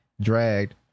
dragged